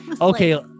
okay